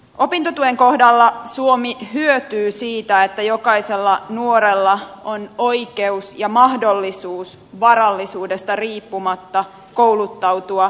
opintotuen kohdalla suomi hyötyy siitä että jokaisella nuorella on oikeus ja mahdollisuus varallisuudesta riippumatta kouluttautua kykyjensä mukaan